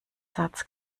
satz